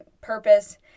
purpose